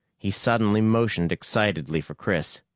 he suddenly motioned excitedly for chris.